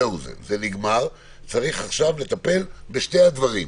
זהו זה, זה נגמר, צריך עכשיו לטפל בשני הדברים.